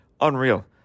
unreal